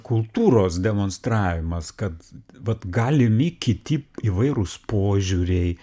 kultūros demonstravimas kad vat galimi kiti įvairūs požiūriai